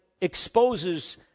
exposes